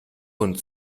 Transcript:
und